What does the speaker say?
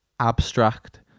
abstract